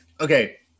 okay